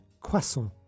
croissant